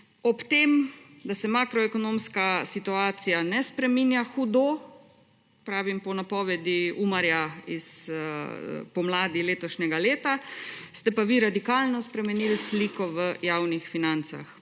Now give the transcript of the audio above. Ob tem, da se makroekonomska situacija ne spreminja hudo, to pravim po napovedi UMAR iz pomladi letošnjega leta, ste pa vi radikalno spremenili sliko v javnih financah.